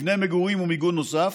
מבני מגורים ומיגון נוסף.